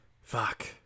Fuck